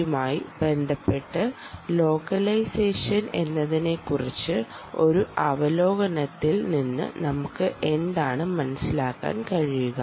യുമായി ബന്ധപ്പെട്ട് ലോക്കലൈസേഷൻ എന്നതിനെക്കുറിച്ച് ഒരു അവലോകനത്തിൽ നിന്ന് നമുക്ക് എന്താണ് മനസിലാക്കാൻ കഴിയുക